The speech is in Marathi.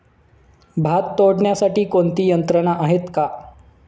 भात तोडण्यासाठी कोणती यंत्रणा आहेत का?